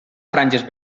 franges